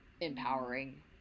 empowering